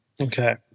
Okay